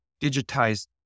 digitized